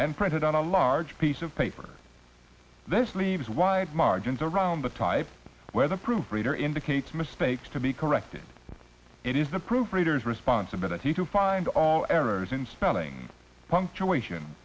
and printed on a large piece of paper this leaves wide margins around the type where the proof reader indicates mistakes to be corrected it is the proofreaders responsibility to find all errors in spelling punctuation